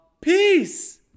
Peace